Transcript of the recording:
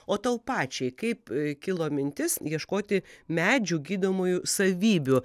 o tau pačiai kaip kilo mintis ieškoti medžių gydomųjų savybių